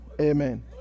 Amen